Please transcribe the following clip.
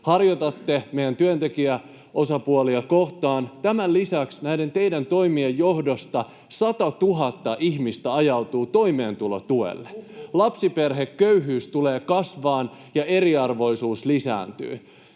harjoitatte meidän työntekijäosapuolia kohtaan. Tämän lisäksi näiden teidän toimienne johdosta 100 000 ihmistä ajautuu toimeentulotuelle. Lapsiperheköyhyys tulee kasvamaan, ja eriarvoisuus lisääntyy.